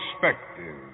perspective